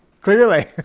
Clearly